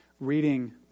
reading